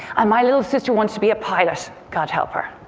um my little sister wanted to be a pilot god help her.